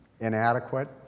inadequate